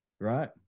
Right